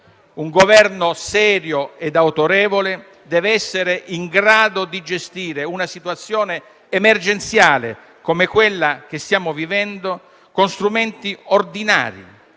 Un Governo serio e autorevole deve essere in grado di gestire una situazione emergenziale, come quella che stiamo vivendo, con strumenti ordinari,